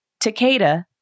Takeda